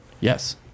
Yes